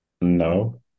No